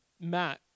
Matt